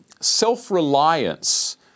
self-reliance